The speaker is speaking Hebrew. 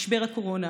משבר הקורונה.